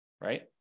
right